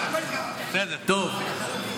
טוב,